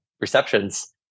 receptions